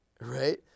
Right